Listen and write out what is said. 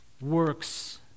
works